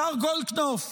השר גולדקנופ,